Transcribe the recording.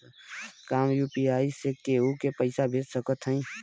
का हम यू.पी.आई से केहू के पैसा भेज सकत हई?